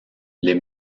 les